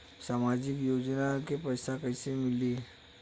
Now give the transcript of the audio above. सामाजिक योजना के पैसा कइसे मिली?